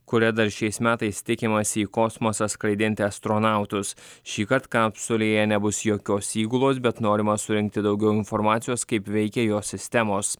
kuria dar šiais metais tikimasi į kosmosą skraidinti astronautus šįkart kapsulėje nebus jokios įgulos bet norima surinkti daugiau informacijos kaip veikia jo sistemos